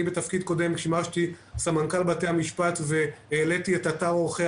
בתפקיד קודם שימשתי סמנכ"ל בתי משפט והעליתי את אתר עורכי